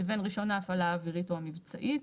לבין רישיון ההפעלה אווירית או המבצעית.